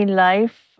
life